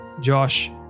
Josh